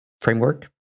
framework